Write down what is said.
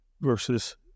versus